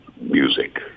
music